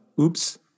Oops